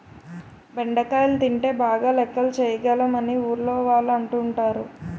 బెండకాయలు తింటే బాగా లెక్కలు చేయగలం అని ఊర్లోవాళ్ళు అంటుంటారు